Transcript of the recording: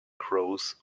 grows